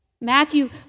Matthew